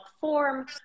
form